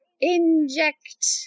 inject